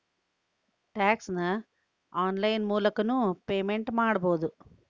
tax ನ online ಮೂಲಕನೂ payment ಮಾಡಬೌದು